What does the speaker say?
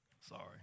Sorry